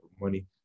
money